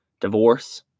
divorce